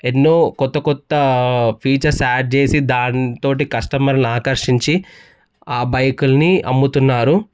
ఎన్నో కొత్త కొత్త ఫీచర్స్ యాడ్ చేసి దాంతో కస్టమర్లని ఆకర్షించి ఆ బైకుల్ని అమ్ముతున్నారు